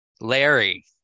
Larry